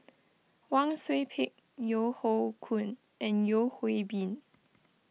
Wang Sui Pick Yeo Hoe Koon and Yeo Hwee Bin